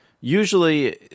Usually